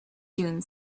june